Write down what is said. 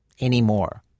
anymore